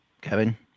Kevin